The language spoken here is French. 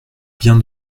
bien